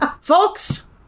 Folks